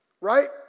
Right